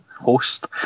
host